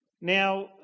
Now